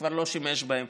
כבר לא שימש בהן,